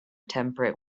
temperate